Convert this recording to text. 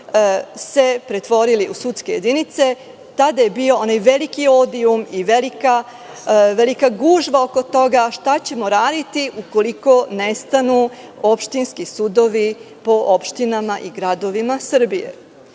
se pretvorile u sudske jedinice, tada je bila ona velika gužva oko toga šta ćemo raditi ukoliko nestanu opštinski sudovi po opštinama i gradovima Srbije.I